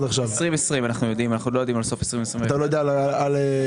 2020. אנחנו לא יודעים על סוף 2021. בנתון